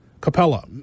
Capella